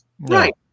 Right